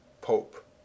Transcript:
pope